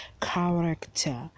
character